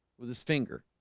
with his finger,